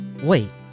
Wait